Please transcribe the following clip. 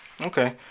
okay